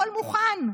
הכול מוכן.